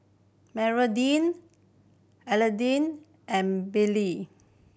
Magdalene Adelle and Brylee